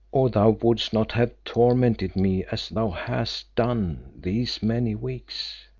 or thou wouldst not have tormented me as thou hast done these many weeks.